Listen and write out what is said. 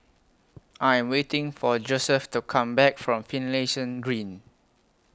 I Am waiting For Joseph to Come Back from Finlayson Green